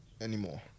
anymore